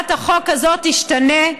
שהצעת החוק הזאת תשתנה,